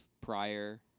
prior